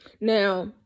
Now